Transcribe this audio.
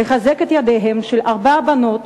לחזק את ידיהן של ארבע בנות,